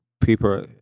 people